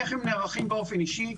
איך הם נערכים באופן אישי,